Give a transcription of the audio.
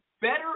better